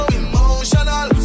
emotional